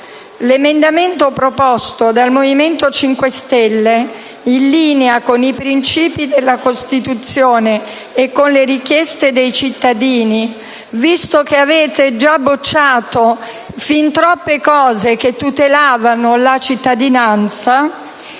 L'emendamento proposto dal Movimento 5 stelle, in linea con i principi della Costituzione e con le richieste dei cittadini, visto che avete già bocciato fin troppe cose che tutelavano la cittadinanza,